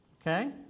Okay